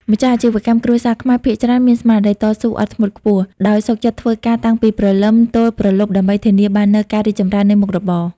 ម្ចាស់អាជីវកម្មគ្រួសារខ្មែរភាគច្រើនមានស្មារតីតស៊ូអត់ធ្មត់ខ្ពស់ ដោយសុខចិត្តធ្វើការតាំងពីព្រលឹមទល់ព្រលប់ដើម្បីធានាបាននូវការរីកចម្រើននៃមុខរបរ។